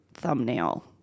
Thumbnail